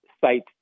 sites